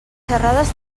xerrades